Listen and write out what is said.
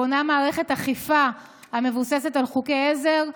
בונה מערכת אכיפה המבוססת על חוקי עזר,